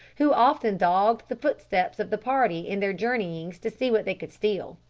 who often dogged the footsteps of the party in their journeyings to see what they could steal.